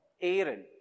Aaron